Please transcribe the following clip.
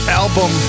album